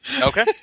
Okay